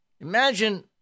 Imagine